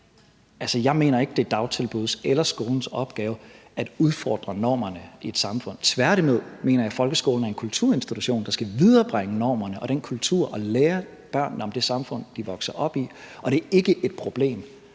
jeg mener ikke, det er dagtilbuds eller skolens opgave at udfordre normerne i et samfund. Tværtimod mener jeg, folkeskolen er en kulturinstitution, der skal viderebringe normerne og den kultur og lære børnene om det samfund, de vokser op i. Og det er ikke et problem,